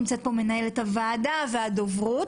מנהלת הוועדה והדוברות.